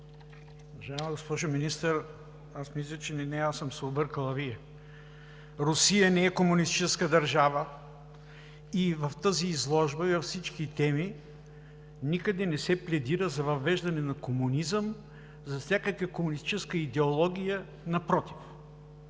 Уважаема госпожо Министър, аз мисля, че не аз съм се объркал, а Вие. Русия не е комунистическа държава и в тази изложба, и във всички теми никъде не се пледира за въвеждане на комунизъм, за всякаква комунистическа идеология. Напротив!